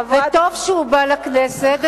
וטוב שהוא בא לכנסת,